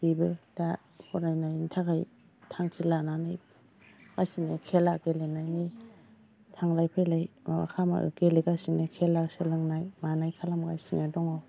बेबो दा फरायनायनि थाखाय थांखि लानानै गासैबो खेला गेलेनायनि थांलाय फैलाय गेलेगासिनो खेला सोलोंनाय मानाय खालामगासिनो दङ